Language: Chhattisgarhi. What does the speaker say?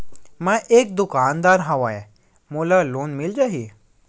मै एक दुकानदार हवय मोला लोन मिल जाही?